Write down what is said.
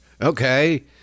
okay